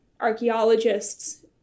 archaeologists